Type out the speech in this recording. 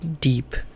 deep